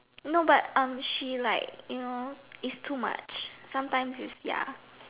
no but um she like you know is too much sometimes is ya